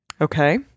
Okay